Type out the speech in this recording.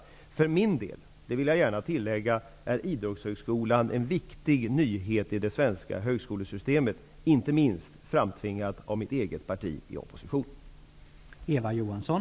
Jag för min del, det vill jag gärna tillägga, menar att Idrottshögskolan är en viktig nyhet i det svenska högskolesystemet -- inte minst framtvingad av mitt eget parti i opposition.